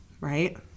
right